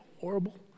horrible